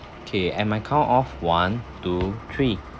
K at my count of one two three